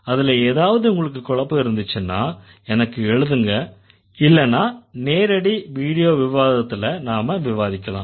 அதுல ஏதாவது உங்களுக்கு குழப்பம் இருந்துச்சுன்னா எனக்கு எழுதுங்க இல்லன்னா நேரடி வீடியோ விவாதத்துல நாம விவாதிக்கலாம்